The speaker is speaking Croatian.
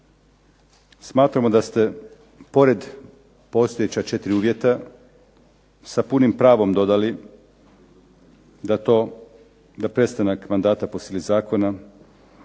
Smatramo da ste pored postojeća 4 uvjeta sa punim pravom dodali da prestanak mandata po sili zakona